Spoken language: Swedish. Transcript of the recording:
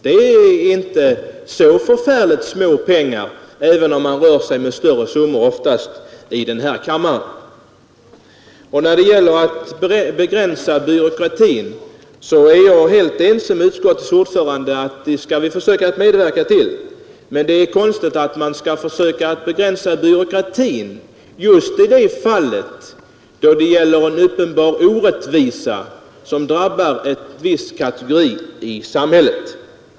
Det är inte så förfärligt små pengar, även om vi oftast rör oss med större summor här i kammaren. Jag är helt ense med utskottets ordförande om att vi skall försöka medverka till en begränsning av byråkratin, men det är konstigt att man skall försöka begränsa byråkratin just i det fall då det gäller en orättvisa som drabbar en viss kategori i samhället.